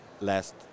last